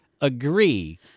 agree